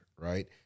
right